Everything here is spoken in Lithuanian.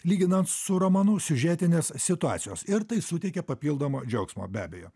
lyginant su romanu siužetinės situacijos ir tai suteikia papildomo džiaugsmo be abejo